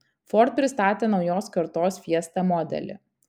ford pristatė naujos kartos fiesta modelį